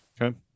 Okay